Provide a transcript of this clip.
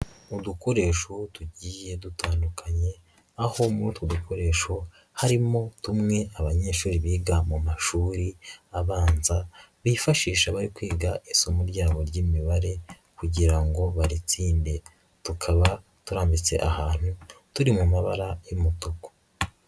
U dukoresho tugiye dutandukanye, aho muri utwo dukoresho harimo tumwe abanyeshuri biga mu mashuri abanza bifashisha bari kwiga isomo ryabo ry'imibare kugira ngo baritsinde, tukaba turambitse ahantu turi mu mabara y'umutuku.